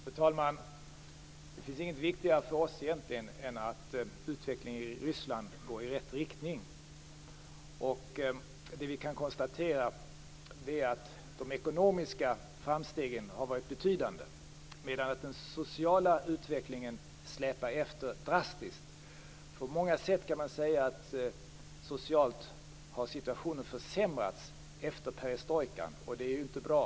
Fru talman! Det finns inget viktigare för oss än att utvecklingen i Ryssland går i rätt riktning. Vi kan konstatera att de ekonomiska framstegen varit betydande, medan den sociala utvecklingen släpar efter drastiskt. Man kan säga att situationen på många sätt har försämrats socialt efter perestrojkan, vilket inte är bra.